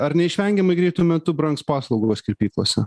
ar neišvengiamai greitu metu brangs paslaugos kirpyklose